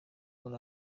muri